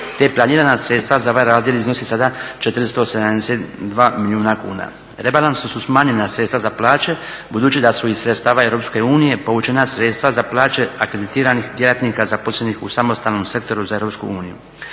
te planirana sredstva za ovaj razdjel iznose sada 472 milijuna kuna. Rebalansom su smanjena sredstava za plaće budući da su iz sredstva Europske unije povučena sredstva za plaće akreditiranih djelatnika zaposlenih u samostalnom sektoru za EuropskU uniju.